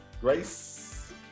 Grace